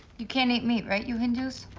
you can't eat meat, right? you hindus?